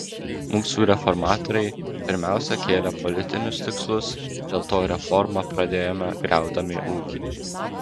mūsų reformatoriai pirmiausia kėlė politinius tikslus dėl to reformą pradėjome griaudami ūkį